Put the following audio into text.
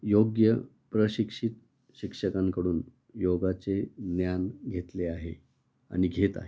योग्य प्रशिक्षित शिक्षकांकडून योगाचे ज्ञान घेतले आहे आणि घेत आहे